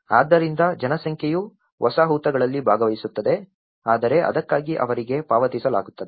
ಆದ್ದರಿಂದ ಜನಸಂಖ್ಯೆಯು ವಸಾಹತುಗಳಲ್ಲಿ ಭಾಗವಹಿಸುತ್ತದೆ ಆದರೆ ಅದಕ್ಕಾಗಿ ಅವರಿಗೆ ಪಾವತಿಸಲಾಗುತ್ತದೆ